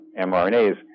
mRNAs